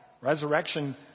resurrection